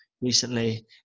recently